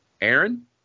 Aaron